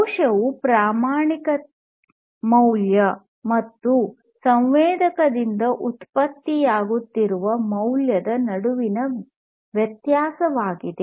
ದೋಷವು ಪ್ರಮಾಣಿತ ಮೌಲ್ಯ ಮತ್ತು ಸಂವೇದಕದಿಂದ ಉತ್ಪತ್ತಿಯಾಗುವ ಮೌಲ್ಯದ ನಡುವಿನ ವ್ಯತ್ಯಾಸವಾಗಿದೆ